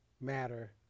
matter